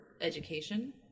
education